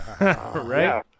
Right